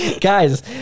Guys